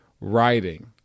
writing